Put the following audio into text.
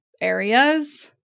areas